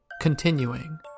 continuing